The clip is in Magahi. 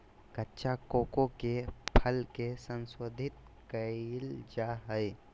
कच्चा कोको के फल के संशोधित कइल जा हइ